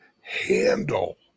handle